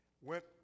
went